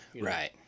Right